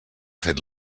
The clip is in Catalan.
fet